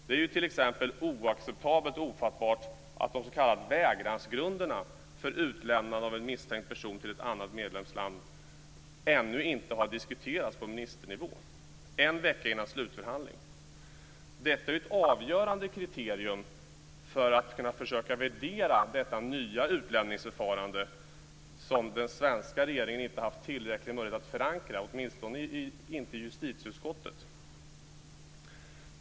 Det är t.ex. oacceptabelt och ofattbart att de s.k. vägransgrunderna för utlämnande av en misstänkt person till ett annat medlemsland ännu inte har diskuterats på ministernivå, en vecka innan slutförhandling. Detta är ett avgörande kriterium för att försöka värdera detta nya utlämningsförfarande, som den svenska regeringen inte haft tillräcklig möjlighet att förankra, åtminstone inte i justitieutskottet.